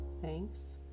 thanks